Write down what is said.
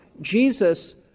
Jesus